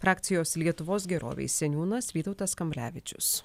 frakcijos lietuvos gerovei seniūnas vytautas kamblevičius